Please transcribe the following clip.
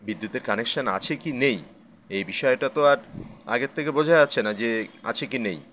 বিদ্যুতের কানেকশান আছে কি নেই এই বিষয়টা তো আর আগের থেকে বোঝা যাচ্ছে না যে আছে কি নেই